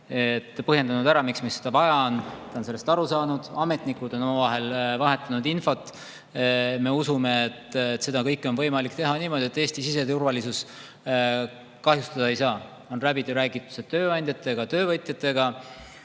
põhjendanud ära, miks seda vaja on, ta on sellest aru saanud, ametnikud on omavahel infot vahetanud. Me usume, et seda kõike on võimalik teha niimoodi, et Eesti siseturvalisus kahjustada ei saa. On läbi räägitud tööandjatega ja töövõtjatega.